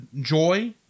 Joy